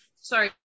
Sorry